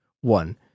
One